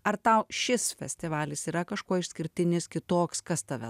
ar tau šis festivalis yra kažkuo išskirtinis kitoks kas tave